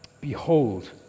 Behold